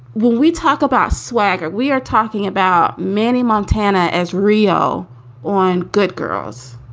when we talk about swagger, we are talking about many montana as real on good girls.